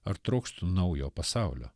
ar trokštu naujo pasaulio